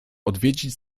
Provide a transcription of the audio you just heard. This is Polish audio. odwiedzić